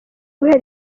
guhera